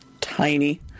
tiny